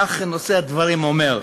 כך נושא הדברים אומר: